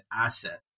asset